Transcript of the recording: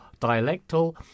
dialectal